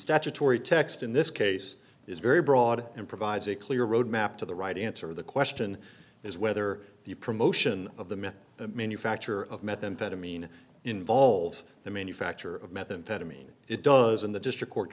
statutory text in this case is very broad and provides a clear roadmap to the right answer the question is whether the promotion of the method of manufacture of methamphetamine involves the manufacture of methamphetamine it does in the district court